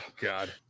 God